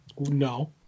No